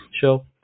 show